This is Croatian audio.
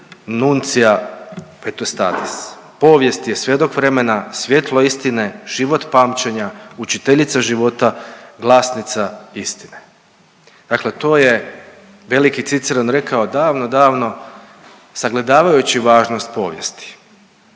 nuntia vetustatis“, povijest je svjedok vremena svjetlo istine, život pamćenja, učiteljica života, glasnica istine. Dakle, to je veliki Ciceron rekao davno, davno sagledavajući važnost povijesti.